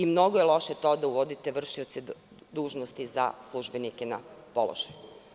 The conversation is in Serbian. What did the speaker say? Mnogo je loše to da uvodite vršioce dužnosti za službenike na položaju.